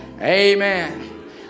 Amen